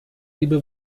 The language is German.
liebe